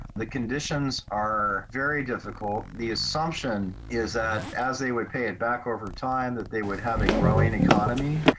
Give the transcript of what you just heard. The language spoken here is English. the conditions are very difficult. the assumption is that as they would pay it back over time that they would have a growing economy,